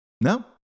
no